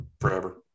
forever